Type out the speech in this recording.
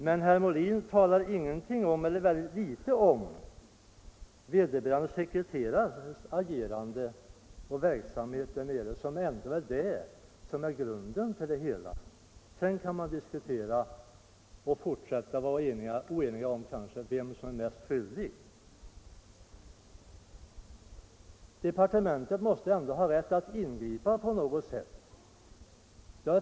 Men herr Molin talar väldigt litet om vederbörande sekreterares agerande och verksamhet nere i Zärich, vilket ändå är bakgrunden till det hela. Man kan sedan diskutera vem som är den mest skyldige. Departementet måste ändå ha rätt att ingripa på något sätt.